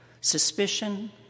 suspicion